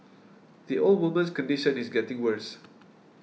the old woman's condition is getting worse